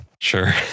sure